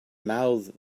mouths